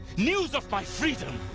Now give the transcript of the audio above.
news of my freedom!